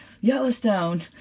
Yellowstone